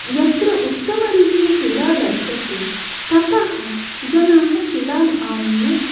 यत्र उत्तमरीत्य शिला लभ्यते ततः जनाः शिलाम् आनीय